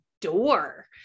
door